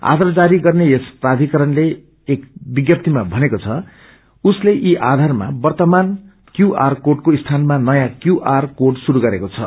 आधार जारी गर्ने यस प्राधिकारणले एक विस्तिमा भनेको छ कि उसले ई आधारमा वर्तमान क्यु आर कोडको स्थानमा नयाँ क्यू आर कोड शुरू गरेको छ